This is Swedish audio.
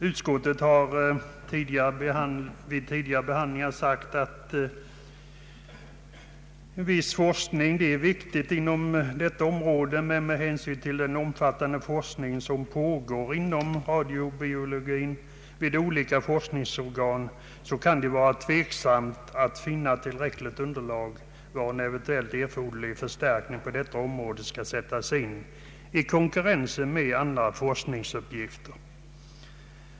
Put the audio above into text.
Utskottet har vid tidigare behandlingar menat att en viss forskning är viktig på detta område, men med hänsyn till den omfattande forskning som pågår inom radiobiologin vid olika forskningsorgan kan det vara tveksamt om det finns tillräckligt underlag för en eventuell förstärkning på just detta område, i konkurrens med andra forskningsuppgifter.